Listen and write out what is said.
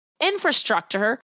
infrastructure